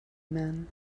man